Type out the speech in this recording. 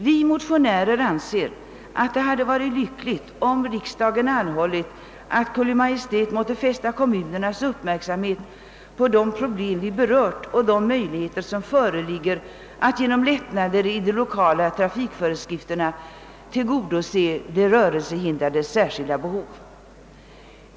Vi motionärer anser att det varit lyckligt om riksdagen anhållit att Kungl. Maj:t måtte fästa kommunernas uppmärksamhet på de problem vi berört och de möjligheter som föreligger att genom lättnader i de 1okala trafikföreskrifterna tillgodose de rörelsehindrades särskilda behov.